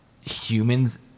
humans